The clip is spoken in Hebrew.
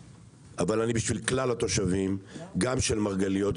אבל אני בשביל כלל התושבים גם של מרגליות,